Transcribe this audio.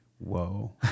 Whoa